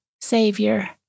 savior